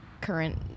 current